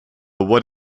what